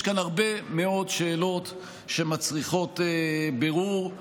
יש כאן הרבה מאוד שאלות שמצריכות בירור,